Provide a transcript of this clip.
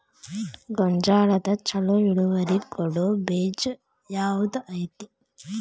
ಗೊಂಜಾಳದಾಗ ಛಲೋ ಇಳುವರಿ ಕೊಡೊ ಬೇಜ ಯಾವ್ದ್ ಐತಿ?